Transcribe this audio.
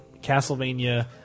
Castlevania